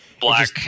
black